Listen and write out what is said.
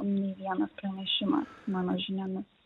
nei vienas pranešimas mano žiniomis